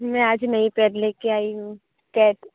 મૈ આજ નયી પેટ લેકે આઈ હુ કેટ